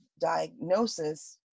diagnosis